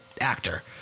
actor